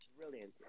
brilliant